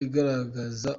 igaragaza